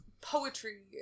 poetry